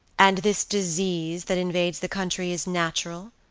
and this disease that invades the country is natural.